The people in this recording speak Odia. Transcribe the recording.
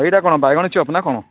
ଏଇଟା କ'ଣ ବାଇଗଣ ଚପ ନା କ'ଣ